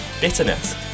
Bitterness